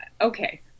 okay